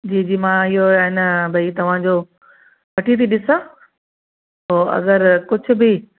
जी जी मां इहो एन भई तव्हांजो वठी थी ॾिसां पोइ अगरि कुझु बि